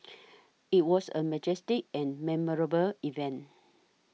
it was a majestic and memorable event